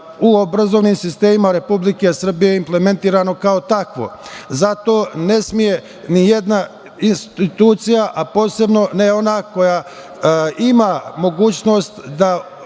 u obrazovnim sistemima Republike Srbije implementirano kao takvo. Zato ne sme nijedna institucija, a posebno ne ona koja ima mogućnost da